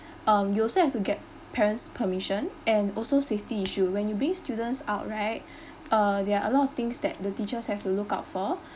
um you also have to get parents' permission and also safety issue when you bring students out right uh there are a lot of things that the teachers have to look out for